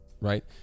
right